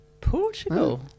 Portugal